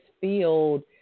field